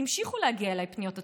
המשיכו להגיע אליי פניות מהציבור.